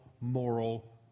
moral